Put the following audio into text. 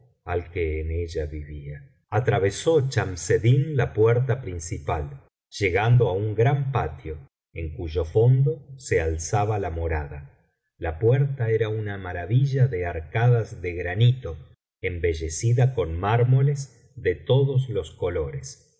al que en ella vivía atravesó chamseddin la puerta principal lle biblioteca valenciana generalitat valenciana histoeia del visir nureddin gando á un gran patio en cuyo fondo se alzaba la morada la puerta era una maravilla de arcadas de granito embellecida con mármoles de todos los colores